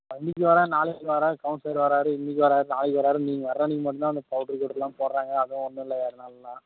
இன்னைக்கி வர்றார் நாளைக்கு வர்றார் கவுன்சிலர் வாறார் இன்னைக்கி வர்றார் நாளைக்கு வர்றாருன்னு நீங்கள் வர்ற அன்னைக்கு மட்டுந்தான் அந்த பவுடர் கிவுடர்லாம் போடுறாங்க அதுவும் ஒன்றும் இல்லை வேறு நாளுலலாம்